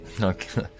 Okay